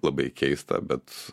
labai keista bet